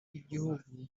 b’igihugu